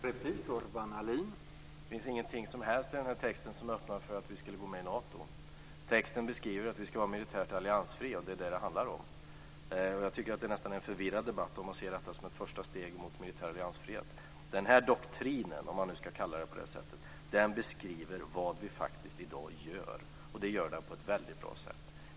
Herr talman! Det finns ingenting alls i texten som öppnar för att vi skulle gå med i Nato. Texten beskriver att vi ska vara militärt alliansfria, och det är vad det handlar om. Jag tycker att det nästan är en förvirrad debatt om man ser detta som ett första steg mot militär alliansfrihet. Den här doktrinen, om man ska kalla den så, beskriver vad vi faktiskt gör i dag, och det gör den på ett väldigt bra sätt.